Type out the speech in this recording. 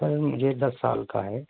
سر مجھے دس سال کا ہے